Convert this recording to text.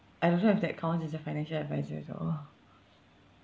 I also if that counts as a financial advisor as well